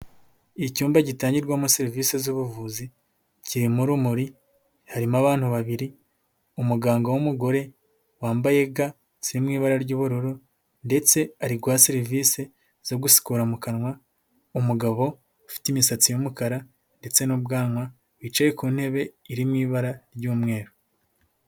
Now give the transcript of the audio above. Icyumba gitangirwamo serivisi z'ubuvuzi, kirimo urumuri, harimo abantu babiri, umuganga w'umugore wambaye ga ziri mu ibara ry'ubururu ndetse ari guha serivisi zo gusukura mu kanwa umugabo ufite imisatsi y'umukara ndetse n'ubwanwa, wicaye ku ntebe irimo ibara ry'umweru.